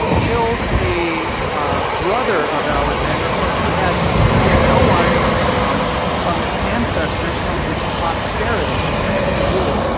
killed a brother of alexander. so he had he had no one um from his ancestors from his posterity to rule.